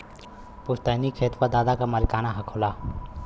पुस्तैनी खेत पर दादा क मालिकाना हक होला